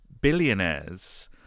billionaires